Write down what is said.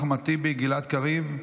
אחמד טיבי, גלעד קריב,